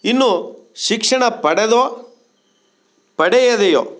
ಇನ್ನು ಶಿಕ್ಷಣ ಪಡೆದೋ ಪಡೆಯದೆಯೋ